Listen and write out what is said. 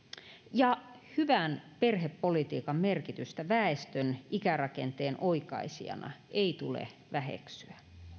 ja hyvän perhepolitiikan merkitystä väestön ikärakenteen oikaisijana ei tule väheksyä